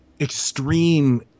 extreme